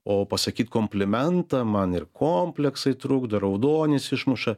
o pasakyt komplimentą man ir kompleksai trukdo raudonis išmuša